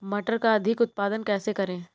मटर का अधिक उत्पादन कैसे करें?